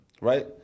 Right